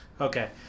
Okay